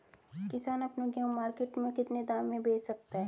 किसान अपना गेहूँ मार्केट में कितने दाम में बेच सकता है?